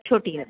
छोटी वाली